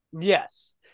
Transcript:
Yes